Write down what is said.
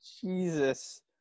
Jesus